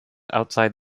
outside